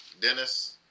Dennis